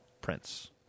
Prince